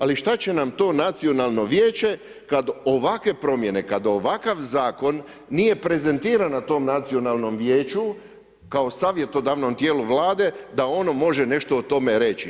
Ali šta će nam to nacionalno vijeće kada ovakve promjene, kad ovakav zakon nije prezentiran na tom nacionalnom vijeću kao savjetodavnom tijelu Vlade da ono može nešto o tome reći.